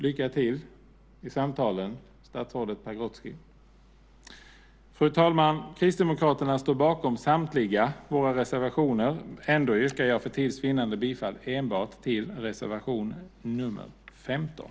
Lycka till i samtalen, statsrådet Pagrotsky! Fru talman! Vi kristdemokrater står bakom samtliga våra reservationer, men för tids vinnande yrkar jag bifall enbart till reservation 15.